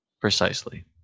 Precisely